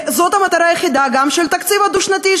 וזאת המטרה היחידה גם של התקציב הדו-שנתי,